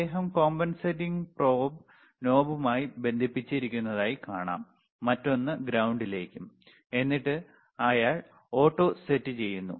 അദ്ദേഹം compensating probe നോബുമായി ബന്ധിപ്പിച്ചിരിക്കുന്നതായി കാണാം മറ്റൊന്ന് ഗ്രൌണ്ടിലേക്കും എന്നിട്ട് അയാൾ ഓട്ടോ സെറ്റ് ചെയ്യുന്നു